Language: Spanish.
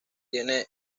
tiene